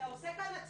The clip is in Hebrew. אתה עושה כאן הצגה.